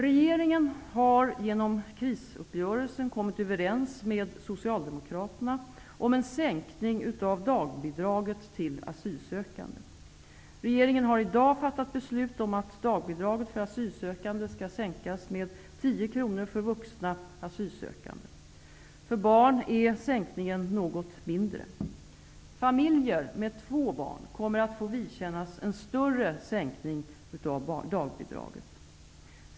Regeringen har genom krisuppgörelsen kommit överens med Socialdemokraterna om en sänkning av dagbidraget till asylsökande. Regeringen har i dag fattat beslut om att dagbidraget för asylsökande skall sänkas med 10 kronor för vuxna asylsökande. För barn är sänkningen något mindre. Familjer med fler än två barn kommer att få vidkännas en större sänkning av dagbidraget.